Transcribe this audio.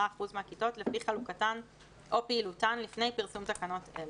אחוזים מהכיתות לפי חלוקתן או פעילותן לפני פרסום תקנות אלה.